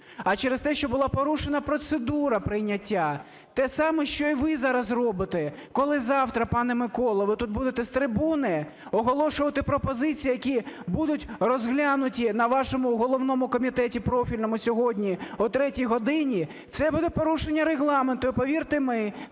а через те, що була порушена процедура прийняття. Те саме, що й ви зараз робите. Коли завтра, пане Миколо, ви тут будете з трибуни оголошувати пропозиції, які будуть розглянуті на вашому головному комітеті профільному сьогодні о 3 годині, це буде порушення Регламенту. І повірте